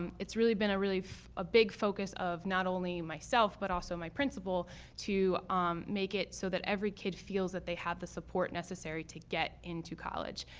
um it's been a really ah big focus of not only myself but also my principal to um make it so that every kid feels that they have the support necessary to get into college.